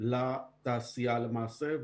לתעשייה למעשה.